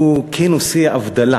והוא כן עושה הבדלה